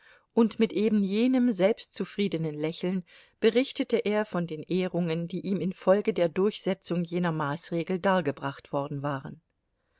und mit eben jenem selbstzufriedenen lächeln berichtete er von den ehrungen die ihm infolge der durchsetzung jener maßregel dargebracht worden waren